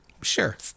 sure